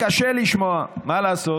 קשה לשמוע, מה לעשות?